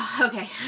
Okay